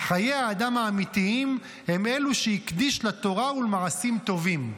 חיי האדם האמיתיים הם אלו שהקדיש לתורה ולמעשים טובים,